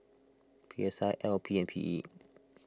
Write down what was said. P S I L P and P E